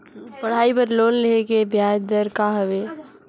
पढ़ाई बर लोन लेहे के ब्याज दर का हवे?